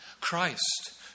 Christ